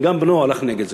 גם בנו הלך נגד זה.